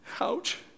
ouch